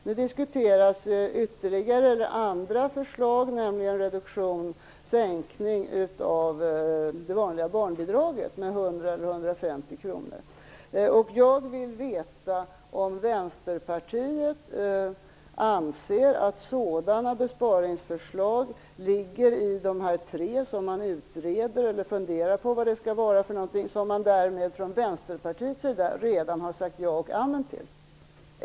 Nu diskuteras ytterligare andra förslag, nämligen sänkning av det vanliga barnbidraget med 100 kr eller 150 kr. Jag vill veta om Vänsterpartiet anser att sådana besparingsförslag ligger i de tre förslag som man utreder eller funderar över innehållet i, vilka Vänsterpartiet redan har sagt ja och amen till?